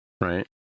right